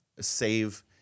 save